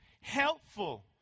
helpful